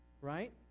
right